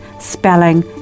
spelling